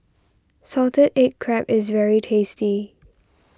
Salted Egg Crab is very tasty